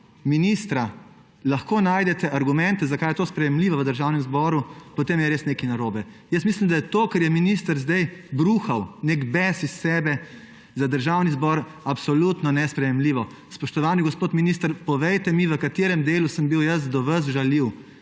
ministra lahko najdete argumente, zakaj je to sprejemljivo v Državnem zboru, potem je res nekaj narobe. Jaz mislim, da je to, kar je minister zdaj bruhal, nek bes iz sebe, za Državni zbor absolutno nesprejemljivo. Spoštovani gospod minister, povejte mi, v katerem delu sem bil jaz do vas žaljiv.